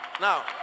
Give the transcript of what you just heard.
Now